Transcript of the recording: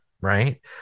Right